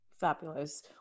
Fabulous